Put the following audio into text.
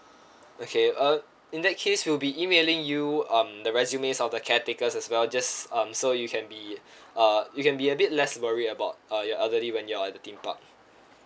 okay uh in that case we'll be emailing you um the resumes of the caretakers as well just um so you can be uh you can be a bit less worried about uh your elderly when you're at the theme park